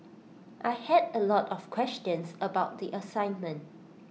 I had A lot of questions about the assignment